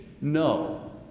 No